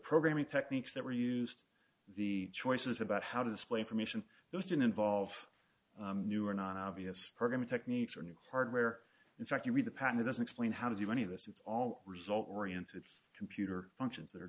programming techniques that were used the choices about how to display information those didn't involve new or non obvious programming techniques or new hardware in fact you read the patent it doesn't explain how to do any of this it's all result oriented computer functions that are